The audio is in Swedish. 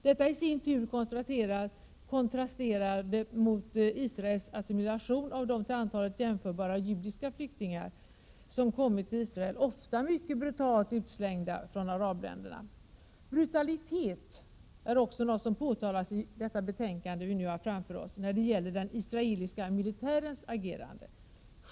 Detta i sin tur kontrasterade mot Israels assimilation av de till antalet jämförbara judiska flyktingar som kommit till Israel, ofta mycket brutalt utslängda från arabländerna. Brutalitet är också något som påtalas i detta betänkande när det gäller den israeliska militärens agerande.